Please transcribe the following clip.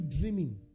dreaming